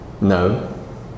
No